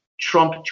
Trump